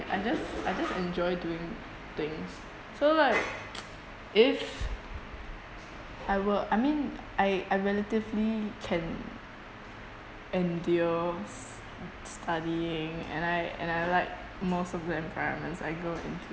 I just I just enjoy doing things so like it's I will I mean I I relatively can endure s~ studying and I and I like most of the environments I go into